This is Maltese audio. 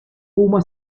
huma